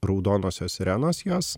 raudonosios sirenos jos